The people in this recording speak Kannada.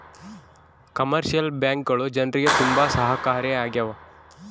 ಕಮರ್ಶಿಯಲ್ ಬ್ಯಾಂಕ್ಗಳು ಜನ್ರಿಗೆ ತುಂಬಾ ಸಹಾಯಕಾರಿ ಆಗ್ಯಾವ